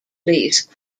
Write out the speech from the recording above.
police